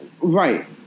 Right